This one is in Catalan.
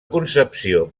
concepció